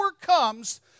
comes